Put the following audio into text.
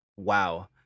wow